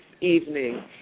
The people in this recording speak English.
evening